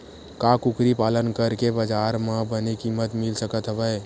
का कुकरी पालन करके बजार म बने किमत मिल सकत हवय?